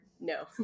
no